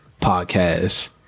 podcast